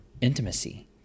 intimacy